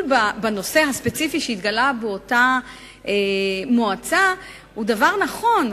בנושא הספציפי שהתגלה באותה מועצה היא נכונה.